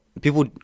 people